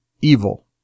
evil